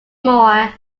more